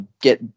get